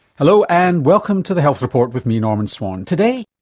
hello, and welcome to the health report with me, norman swan. today,